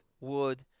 wood